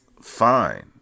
fine